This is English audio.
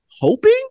hoping